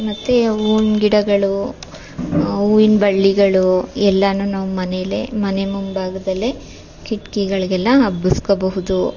ಮತ್ತು ಹೂವಿನ್ ಗಿಡಗಳು ಹೂವಿನ್ ಬಳ್ಳಿಗಳು ಎಲ್ಲವೂ ನಾವು ಮನೆಯಲ್ಲೇ ಮನೆ ಮುಂಭಾಗದಲ್ಲೇ ಕಿಟಕಿಗಳಿಗೆಲ್ಲ ಹಬ್ಬಿಸ್ಕೊಬಹುದು